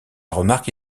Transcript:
remarque